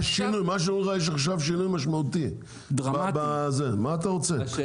יש עכשיו שינוי משמעותי, מה אתה רוצה?